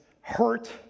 hurt